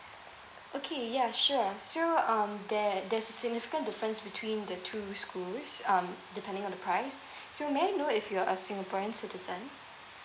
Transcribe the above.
okay ya sure so um there there's a significant difference between the two schools um depending on the price so may I know if you're a singaporean citizen